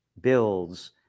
builds